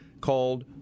called